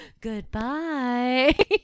Goodbye